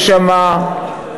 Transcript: יש שם 1%,